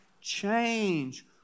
Change